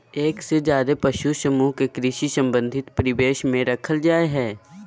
एक से ज्यादे पशु समूह के कृषि संबंधी परिवेश में रखल जा हई